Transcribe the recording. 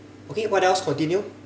okay what else continue